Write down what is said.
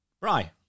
Right